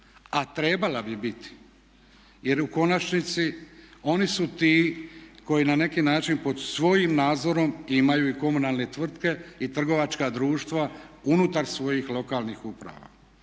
a trebala bi biti jer u konačnici oni su ti koji na neki način pod svojim nadzorom imaju i komunalne tvrtke i trgovačka društva unutar svojih lokalnih uprava.